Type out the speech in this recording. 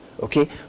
okay